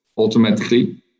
automatically